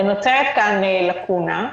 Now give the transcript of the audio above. ונוצרת כאן לקונה.